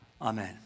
Amen